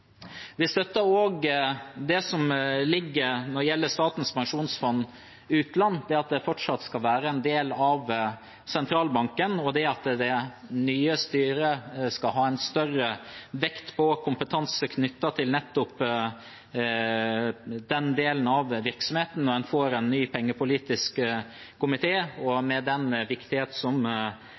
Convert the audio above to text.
Vi støtter også det som gjelder Statens pensjonsfond utland – at det fortsatt skal være en del av Sentralbanken, og at det nye styret skal legge større vekt på kompetanse knyttet nettopp til den delen av virksomheten når man får en ny pengepolitisk komité. Med den